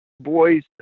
boys